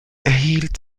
erhielt